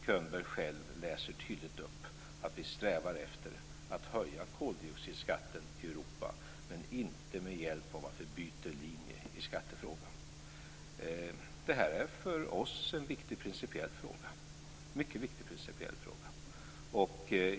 Könberg själv läser tydligt upp att vi strävar efter att höja koldioxidskatten i Europa, men inte med hjälp av att vi byter linje i skattefrågan. Det här är för oss en mycket viktig principiell fråga.